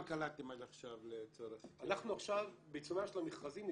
קלטתם עד עכשיו לצורך --- אנחנו עכשיו בעיצומם של המכרזים,